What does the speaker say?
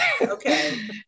Okay